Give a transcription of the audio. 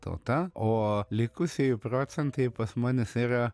tauta o likusieji procentai pas mane yra